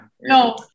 No